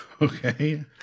okay